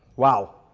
wow.